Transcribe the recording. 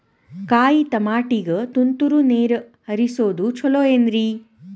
ಕಾಯಿತಮಾಟಿಗ ತುಂತುರ್ ನೇರ್ ಹರಿಸೋದು ಛಲೋ ಏನ್ರಿ?